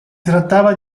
trattava